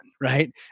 right